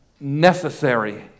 necessary